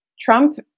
Trump